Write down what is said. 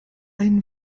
ein